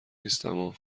نیستما